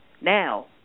now